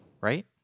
Right